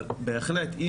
אבל, בהחלט.